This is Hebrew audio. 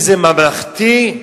ממלכתי,